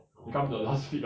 orh